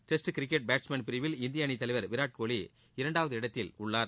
test cricket batsman பிரிவில் இந்திய அணித் தலைவர் விராட் கோலி இரண்டாவது இடத்தில் உள்ளார்